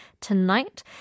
Tonight